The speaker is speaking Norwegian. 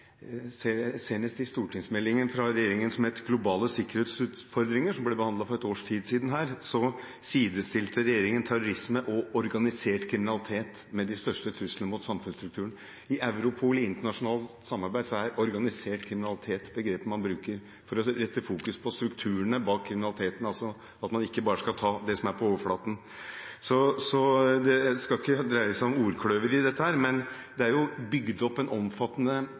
stortingsmeldingen fra regjeringen, som heter Globale sikkerhetsutfordringer, og som ble behandlet for et års tid siden, sidestilte regjeringen terrorisme og organisert kriminalitet med de største truslene mot samfunnsstrukturen. I Europol i internasjonalt samarbeid er «organisert kriminalitet» det begrepet man bruker, for å rette fokus på strukturene bak kriminaliteten, at man ikke bare skal ta det som er på overflaten. Det skal ikke dreie seg om ordkløyveri, men det er bygd opp en omfattende